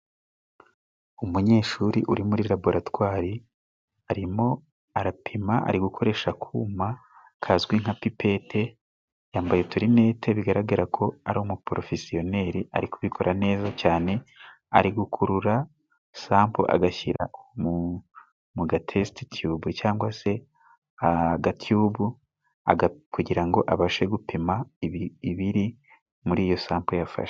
Umunyeshuri uri muri laboratwari arimo arapima ari gukoresha akuma kazwi nka pepete, yambaye uturinete bigaragara ko ari umuporofesiyoneri ari kubikora neza cyane. Ari gukurura sampo agashyira mugatesititube cyangwa se agatubu kugira ngo abashe gupima ibiri muri iyo sampo yafashe.